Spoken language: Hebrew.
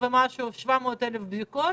כ-700,000 בדיקות